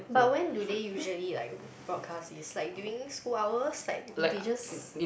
but when do they usually like broadcast this like during school hours like they just